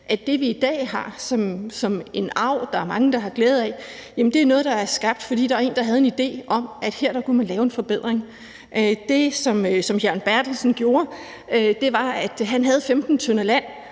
at det, som vi i dag har som en arv, der er mange, der har glæde af, er noget, der er skabt, fordi der var en, der havde en idé om, at her kunne man lave en forbedring. Det, Jørgen Berthelsen gjorde, var, at han havde 15 tdr. land,